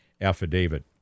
affidavit